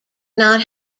not